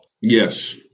Yes